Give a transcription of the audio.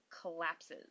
collapses